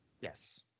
Yes